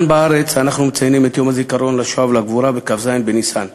כאן בארץ אנחנו מציינים את יום הזיכרון לשואה והגבורה בכ"ז בניסן.